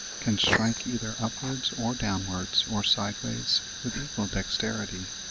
can strike either upwards, or downwards, or sideways, with equal dexterity.